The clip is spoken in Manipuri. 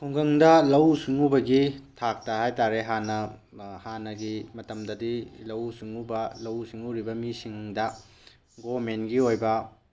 ꯈꯨꯡꯒꯪꯗ ꯂꯧꯎ ꯁꯤꯡꯎꯕꯒꯤ ꯊꯥꯛꯇ ꯍꯥꯏꯇꯥꯔꯦ ꯍꯥꯟꯅ ꯍꯥꯟꯅꯒꯤ ꯃꯇꯝꯗꯗꯤ ꯂꯧꯎ ꯁꯤꯡꯎꯕ ꯂꯧꯎ ꯁꯤꯡꯎꯔꯤꯕ ꯃꯤꯁꯤꯡꯗ ꯒꯣꯃꯦꯟꯒꯤ ꯑꯣꯏꯕ